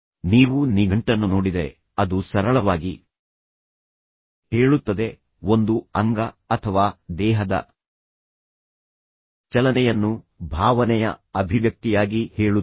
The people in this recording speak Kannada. ನೀವು ನಿಘಂಟನ್ನು ನೋಡಿದರೆ ಅದು ಸರಳವಾಗಿ ಹೇಳುತ್ತದೆ ಒಂದು ಅಂಗ ಅಥವಾ ದೇಹದ ಚಲನೆಯನ್ನು ಭಾವನೆಯ ಅಭಿವ್ಯಕ್ತಿಯಾಗಿ ಹೇಳುತ್ತದೆ